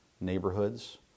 neighborhoods